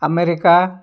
America